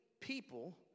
people